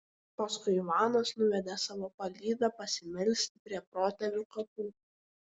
paskui ivanas nuvedė savo palydą pasimelsti prie protėvių kapų